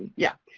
yeah.